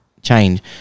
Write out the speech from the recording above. Change